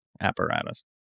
apparatus